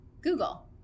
Google